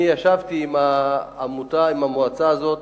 אני ישבתי עם המועצה הזאת